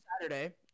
Saturday